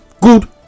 good